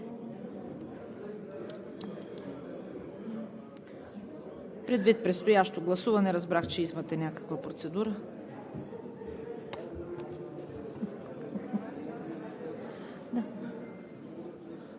Предвид предстоящото гласуване разбрах, че имате някаква процедура.